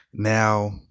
Now